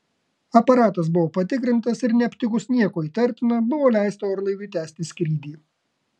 aparatas buvo patikrintas ir neaptikus nieko įtartina buvo leista orlaiviui tęsti skrydį